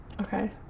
Okay